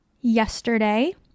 yesterday